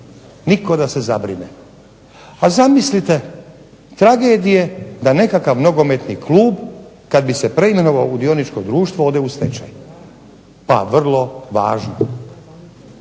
nitko da se zabrine. A zamislite tragedije da nekakav nogometni klub kad bi se preimenovao u dioničko društvo ode u stečaj. Pa vrlo važno.